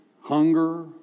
hunger